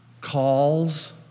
calls